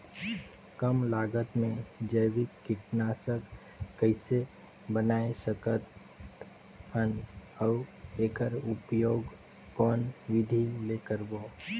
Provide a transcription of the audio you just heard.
कम लागत मे जैविक कीटनाशक कइसे बनाय सकत हन अउ एकर उपयोग कौन विधि ले करबो?